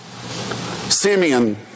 Simeon